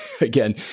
again